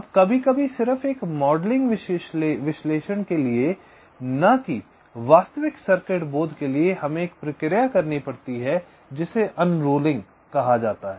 अब कभी कभी सिर्फ एक मॉडलिंग विश्लेषण के लिए न कि वास्तविक सर्किट बोध के लिए हमें एक प्रक्रिया करनी पड़ती है जिसे उणरोलिंग कहा जाता है